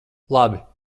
labi